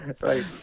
Right